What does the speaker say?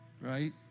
Right